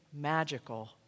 magical